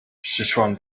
przyszłam